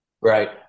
Right